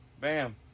Bam